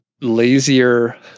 lazier